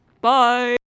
Bye